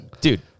Dude